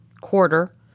quarter